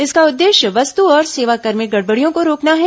इसका उद्देश्य वस्तु और सेवा कर में गड़बड़ियों को रोकना है